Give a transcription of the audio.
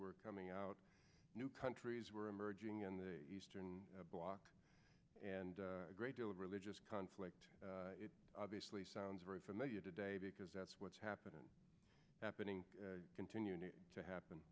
were coming out new countries were emerging in the eastern bloc and a great deal of religious conflict obviously sounds very familiar today because that's what's happened happening continue to happen